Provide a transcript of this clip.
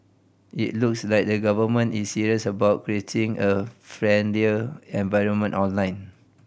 it looks like the Government is serious about creating a friendlier environment online